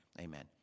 amen